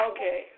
Okay